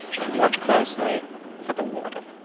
and watch closely for the warden.